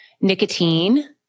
nicotine